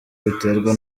biterwa